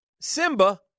Simba